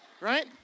Right